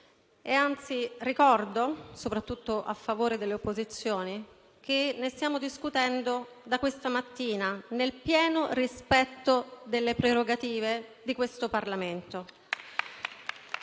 Ricordo, soprattutto a favore delle opposizioni, che ne stiamo discutendo da questa mattina, nel pieno rispetto delle prerogative di questo Parlamento.